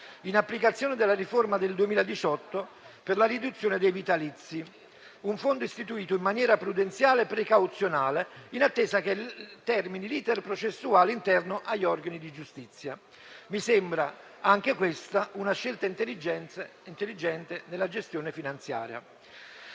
in applicazione della riforma del 2018 per la riduzione dei vitalizi, istituito in maniera prudenziale e precauzionale in attesa che termini l'*iter* processuale interno agli organi di giustizia; mi sembra anche questa una scelta intelligente nella gestione finanziaria.